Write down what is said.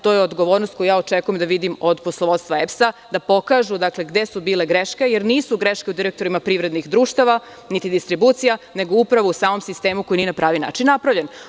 To je odgovornost koju očekujem da vidim od poslovodstva EPS-a, da pokažu, dakle, gde su bile te greške, jer nisu greške u direktorima privrednih društava, niti distribucija, nego upravo u samom sistemu koji nije na pravi način napravljen.